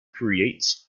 creates